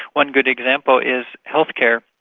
one good example is healthcare.